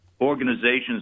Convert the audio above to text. organizations